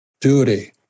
duty